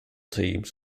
teams